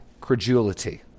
credulity